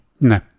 No